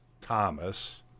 Thomas